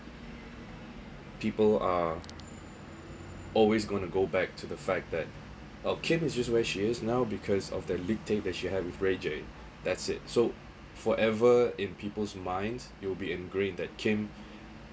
people are always going to go back to the fact that uh kim is just where she is now because of the leaked tape that she had with ray j that's it so forever in people's minds you will be ingrained that kim